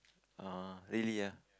oh really ya